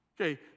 Okay